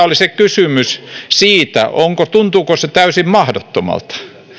oli se kysymys tuntuuko se täysin mahdottomalta